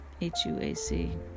H-U-A-C